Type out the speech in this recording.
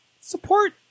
Support